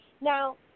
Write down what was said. Now